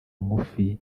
ngufi